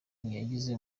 ntiyagize